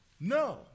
No